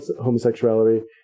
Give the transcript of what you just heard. homosexuality